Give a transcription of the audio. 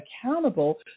accountable